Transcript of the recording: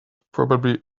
probably